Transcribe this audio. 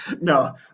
No